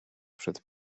przed